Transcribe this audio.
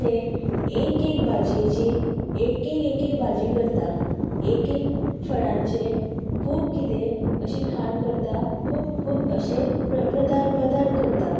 तें एक एक भाजयेचें एक एक एक एक भाजी करता एक एक फळांचें खूब किदें अशीं खाण करता खूब खूब अशें पदा पदार्थ करता